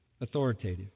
authoritative